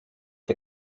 der